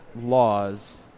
laws